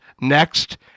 Next